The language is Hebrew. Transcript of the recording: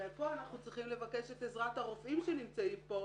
ופה אנחנו צריכים לבקש את עזרת הרופאים שנמצאים פה.